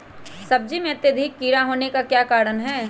सब्जी में अत्यधिक कीड़ा होने का क्या कारण हैं?